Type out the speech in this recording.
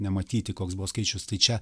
nematyti koks buvo skaičius tai čia